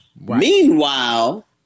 Meanwhile